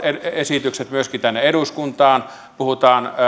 esitykset myöskin tänne eduskuntaan puhutaan